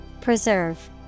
Preserve